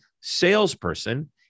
salesperson